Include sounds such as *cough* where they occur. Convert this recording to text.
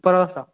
*unintelligible*